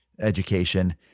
education